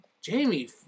Jamie